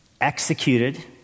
executed